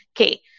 Okay